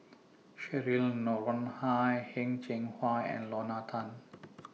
Cheryl Noronha Heng Cheng Hwa and Lorna Tan